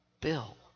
bill